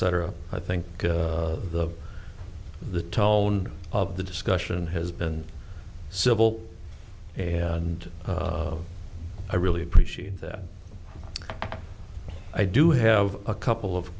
etc i think the the tone of the discussion has been civil and i really appreciate that i do have a couple of